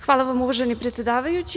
Hvala vam, uvaženi predsedavajući.